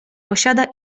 posiada